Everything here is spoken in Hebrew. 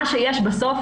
מה שיש בסוף,